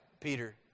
Peter